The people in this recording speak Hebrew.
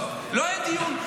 לא היה דיון.